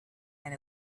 and